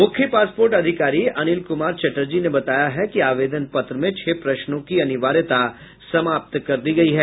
मुख्य पासपोर्ट अधिकारी अनिल कुमार चटर्जी ने बताया है कि आवेदन पत्र में छह प्रश्नों की अनिवार्यता समाप्त कर दी गयी है